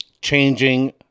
changing